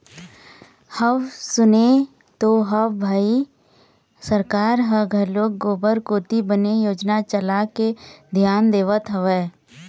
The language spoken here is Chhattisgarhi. हव सुने तो हव भई सरकार ह घलोक गोबर कोती बने योजना चलाके धियान देवत हवय